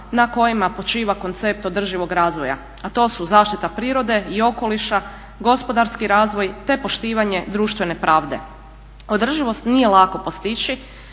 na kojima počiva koncept održivog razvoja, a to su zaštita prirode i okoliša, gospodarski razvoj te poštivanje društvene pravde. Održivost nije lako postići,